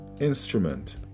instrument